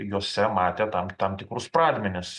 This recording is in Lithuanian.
juose matė tam tam tikrus pradmenis